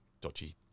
dodgy